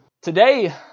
Today